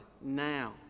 now